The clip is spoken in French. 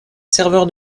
serveur